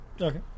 Okay